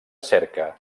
cerca